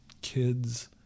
kids